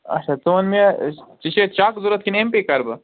اَچھا ژٕ وَن مےٚ ژےٚ چھُیا چَک ضروٗرت کِنہٕ اٮ۪م پےٚ کَرٕ بہٕ